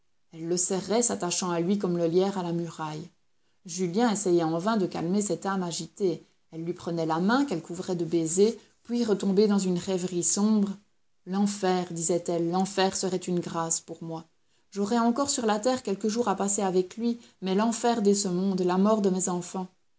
le serrait s'attachant à lui comme le lierre à la muraille julien essayait en vain de calmer cette âme agitée elle lui prenait la main qu'elle couvrait de baisers puis retombée dans une rêverie sombre l'enfer disait-elle l'enfer serait une grâce pour moi j'aurais encore sur la terre quelques jours à passer avec lui mais l'enfer dès ce monde la mort de mes enfants